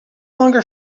longer